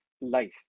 life